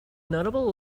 notable